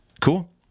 Cool